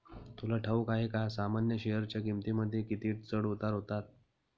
तुला ठाऊक आहे का सामान्य शेअरच्या किमतींमध्ये किती चढ उतार होतात